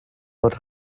bod